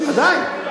כן, ודאי.